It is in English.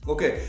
Okay